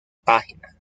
página